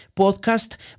Podcast